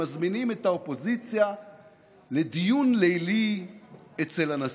מזמינים את האופוזיציה לדיון לילי אצל הנשיא.